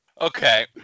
Okay